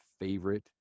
favorite